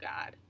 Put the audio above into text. god